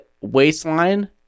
waistline